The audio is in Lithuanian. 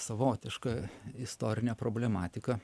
savotišką istorinę problematiką